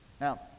Now